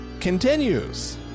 continues